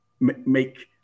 make